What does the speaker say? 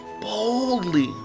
Boldly